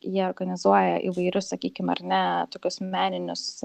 jie organizuoja įvairius sakykime ar ne tokius meninius